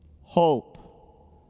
hope